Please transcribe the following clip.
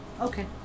Okay